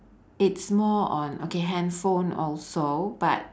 it's more on okay handphone also but